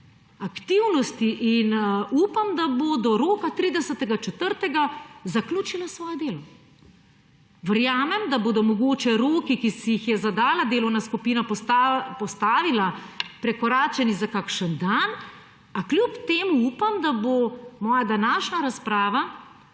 aktivnosti in upam, da bo do roka 30. 4. zaključila svoje delo. Verjamem, da bodo mogoče roki, ki si jih je zadala delovna skupina, postavila, prekoračeni za kakšen dan, a kljub temu upam, da bo moja današnja razprava